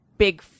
Big